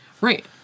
Right